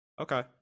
Okay